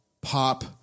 pop